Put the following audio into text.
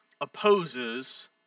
opposes